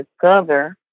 discover